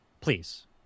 Please